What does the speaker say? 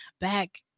Back